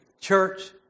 church